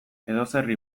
edozeri